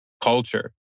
culture